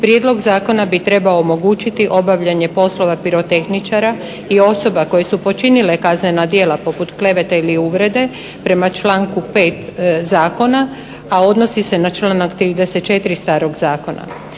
Prijedlog zakona bi trebao omogućiti obavljanje poslova pirotehničara i osoba koje su počinile kaznena djela poput klevete ili uvrede prema članku 5. zakona, a odnosi se na članak 34. starog zakona.